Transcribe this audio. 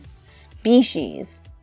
species